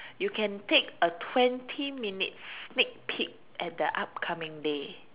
you can take a twenty minutes sneak peak at the upcoming day